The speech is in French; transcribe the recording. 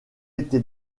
été